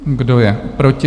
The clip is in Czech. Kdo je proti?